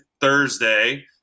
Thursday